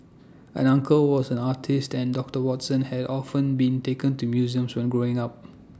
an uncle was an artist and doctor Watson had often been taken to museums when growing up